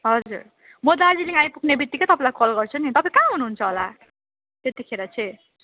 हजुर म दार्जिलिङ आइपुग्ने बितिक्कै तपाईँलाई कल गर्छु नि तपाईँ कहाँ हुनु हुन्छ होला त्यतिखेर चाहिँ